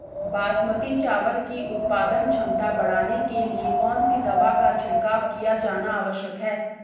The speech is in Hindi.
बासमती चावल की उत्पादन क्षमता बढ़ाने के लिए कौन सी दवा का छिड़काव किया जाना आवश्यक है?